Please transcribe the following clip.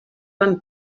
van